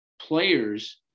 players